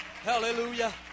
Hallelujah